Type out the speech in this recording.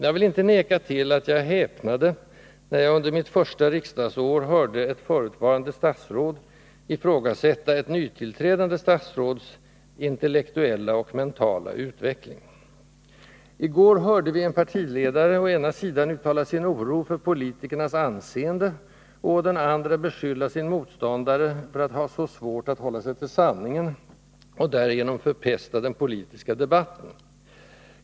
Jag vill inte neka till att jag häpnade när jag under mitt första riksdagsår hörde ett förutvarande statsråd ifrågasätta ett nytillträdande statsråds ”intellektuella och mentala utveckling”. I går hörde vi en partiledare å ena sidan uttala sin oro för politikernas anseende och å den andra beskylla sin motståndare för att ha ”så svårt att hålla sig till sanningen” och därigenom ”förpesta den politiska debatten”.